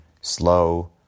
Slow